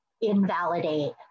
invalidate